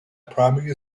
primary